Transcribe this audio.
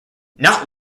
not